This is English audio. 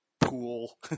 pool